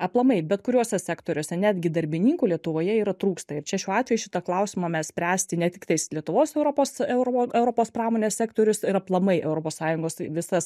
aplamai bet kuriuose sektoriuose netgi darbininkų lietuvoje yra trūksta ir čia šiuo atveju šitą klausimą mes spręsti ne tik tais lietuvos europos euro europos pramonės sektorius ir aplamai europos sąjungos tai visas